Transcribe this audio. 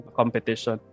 competition